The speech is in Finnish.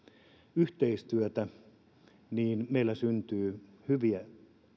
yhteistyötä niin meillä syntyy hyviä